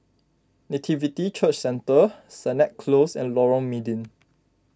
Nativity Church Centre Sennett Close and Lorong Mydin